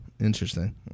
Interesting